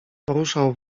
poruszał